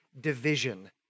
division